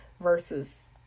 versus